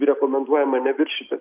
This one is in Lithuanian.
rekomenduojama neviršyti